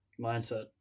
mindset